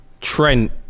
Trent